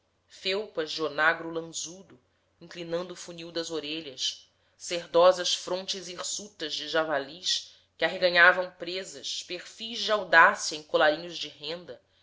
felpas de onagro lanzudo inclinando o funil das orelhas cerdosas frontes hirsutas de javalis que arreganhavam presas perfis de audácia em colarinhos de renda